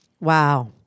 Wow